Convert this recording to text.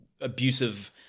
abusive